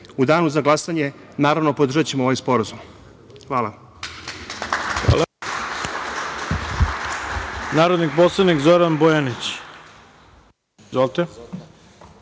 U danu za glasanje, naravno, podržaćemo ovaj sporazum. Hvala.